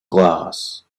glass